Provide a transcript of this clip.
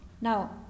Now